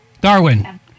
Darwin